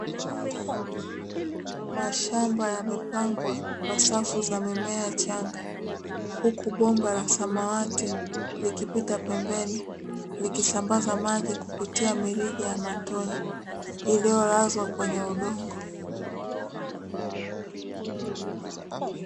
Mashamba yamepangwa kwa safu za mimea changa, huku bomba la samawati likipita pembeni kusambaza maji, kupitia mirija ya matone iliyolazwa kwenye udongo.